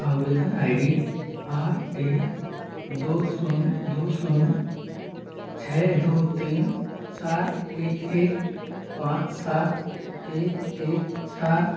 आवेदन I D R A दो शून्य दो शून्य छ दो तीन चार एक एक पाँच सात एक एक चार